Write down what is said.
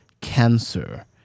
cancer